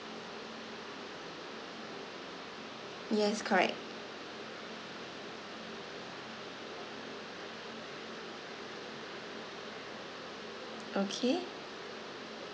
yes correct okay